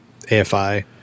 AFI